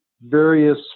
various